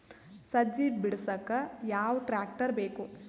ಸಜ್ಜಿ ಬಿಡಸಕ ಯಾವ್ ಟ್ರ್ಯಾಕ್ಟರ್ ಬೇಕು?